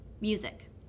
Music